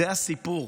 זה הסיפור.